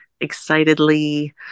excitedly